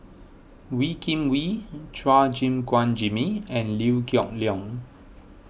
Wee Kim Wee Chua Gim Guan Jimmy and Liew Geok Leong